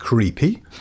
Creepy